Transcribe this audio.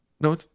no